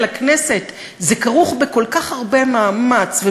לכנסת זה כרוך בכל כך הרבה מאמץ,